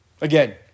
Again